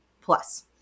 plus